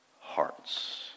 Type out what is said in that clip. hearts